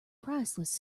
priceless